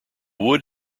wood